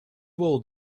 old